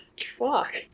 Fuck